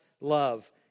love